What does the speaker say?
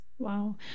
Wow